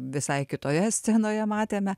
visai kitoje scenoje matėme